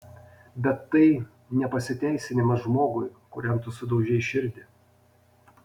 bet tai ne pasiteisinimas žmogui kuriam tu sudaužei širdį